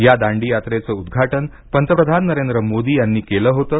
या दांडी यात्रेचं उद्घाटन पंतप्रधान नरेंद्र मोदी यांनी केलं होतं